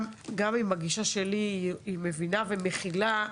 גם אם הגישה שלי היא מבינה ומכילה,